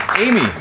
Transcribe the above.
Amy